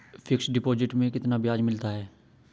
Fix deposit में कितना ब्याज मिलता है?